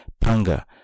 Panga